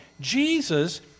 Jesus